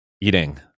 eating